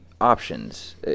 options